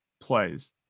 plays